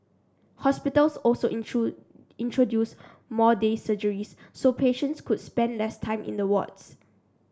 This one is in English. hospitals also introduced more day surgeries so patients could spend less time in the wards